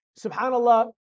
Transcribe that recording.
Subhanallah